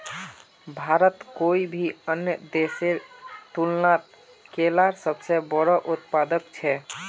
भारत कोई भी अन्य देशेर तुलनात केलार सबसे बोड़ो उत्पादक छे